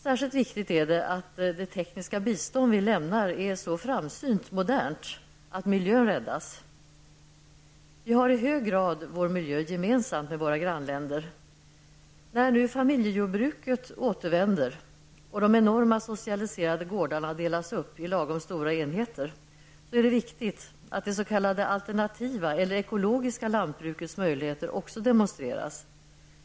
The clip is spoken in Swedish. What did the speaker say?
Särskilt viktigt är det att det tekniska bistånd som vi lämnar är så framsynt modernt att miljön räddas. Vi har i hög grad vår miljö gemensam med våra grannländer. När familjejordbruket nu åter blir verklighet och de enorma socialiserade gårdarna delas upp i lagom stora enheter, är det viktigt att det s.k. alternativa, eller ekologiska, lantbrukets möjligheter också demonstreras.